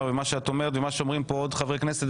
עם מה שאת אומרת ועם מה שאומרים כאן עוד חברי כנסת.